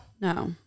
No